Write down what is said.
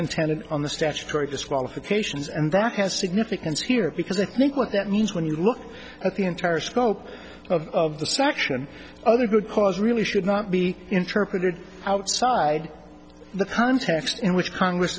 intended on the statutory disqualifications and that has significance here because i think what that means when you look at the entire scope of of the section other good cause really should not be interpreted outside the context in which congress